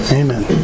amen